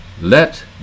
let